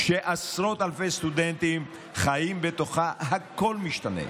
כשעשרות אלפי סטודנטים חיים בתוכה, הכול משתנה.